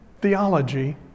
theology